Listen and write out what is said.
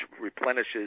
replenishes